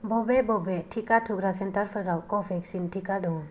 बबे बबे टिका थुग्रा सेन्टारफोराव कव'वेक्स टिका दङ